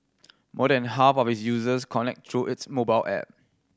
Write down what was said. more than half of its users connect through its mobile app